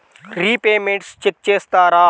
Repayments check చేస్తారా?